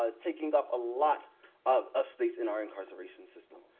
um taking up a lot of of space in our incarceration system.